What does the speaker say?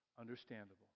understandable